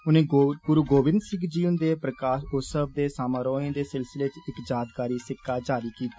उनें गुरु गोविन्द सिंह जी हुन्दे प्रकाष उत्सव समारोहें दे सिलसिले च इक यादगारी सिक्का जारी कीता